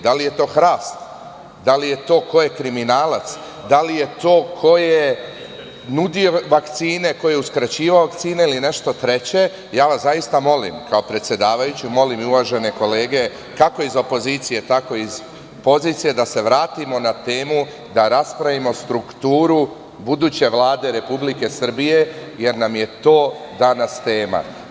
Da li je to hrast, da li je to ko je kriminalac, da li je to ko je nudio vakcine, ko je uskraćivao vakcine ili nešto treće, ja vas zaista molim kao predsedavajuću, molim i uvažene kolege, kako iz opozicije tako i iz pozicije da se vratimo na temu, da raspravimo strukturu buduće Vlade Republike Srbije, jer nam je to danas tema.